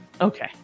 Okay